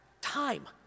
Time